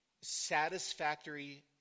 satisfactory